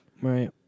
Right